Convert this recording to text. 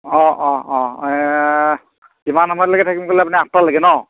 অঁ অঁ অঁ কিমান সময়লৈকে থাকিম ক'লে আপুনি আঠটালৈকে ন